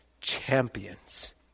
champions